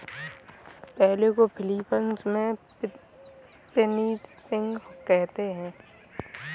पोहे को फ़िलीपीन्स में पिनीपिग कहते हैं